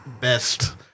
best